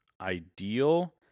ideal